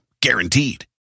Guaranteed